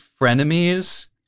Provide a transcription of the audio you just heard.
frenemies